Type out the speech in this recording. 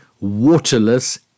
waterless